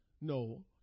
no